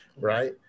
right